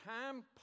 time